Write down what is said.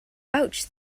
ouch